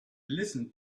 listened